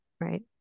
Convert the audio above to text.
Right